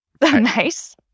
Nice